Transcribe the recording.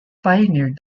pioneered